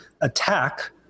attack